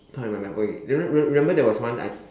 can't remember oh wait remember there was once I